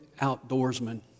outdoorsman